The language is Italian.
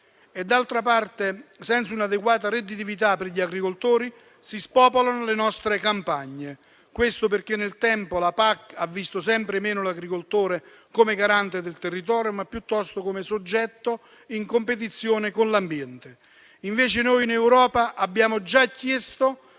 D'altra parte, senza un'adeguata redditività per gli agricoltori, si spopolano le nostre campagne. Questo perché, nel tempo, la PAC ha visto sempre meno l'agricoltore come garante del territorio, ma piuttosto come soggetto in competizione con l'ambiente. Invece, in Europa noi abbiamo già chiesto,